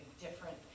different